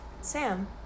Sam